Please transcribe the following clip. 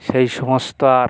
সেই সমস্ত আর